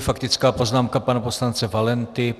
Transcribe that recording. Faktická poznámka pana poslance Valenty.